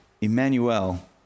Emmanuel